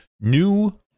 new